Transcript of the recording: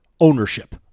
ownership